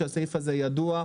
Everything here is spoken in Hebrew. כשהסעיף הזה ידוע.